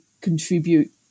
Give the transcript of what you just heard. contribute